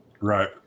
Right